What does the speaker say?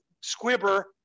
squibber